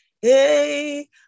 hey